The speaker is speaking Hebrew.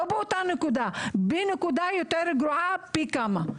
לא באותה נקודה אלא בנקודה גרועה פי כמה.